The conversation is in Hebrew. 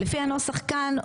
לפי הנוסח כאן,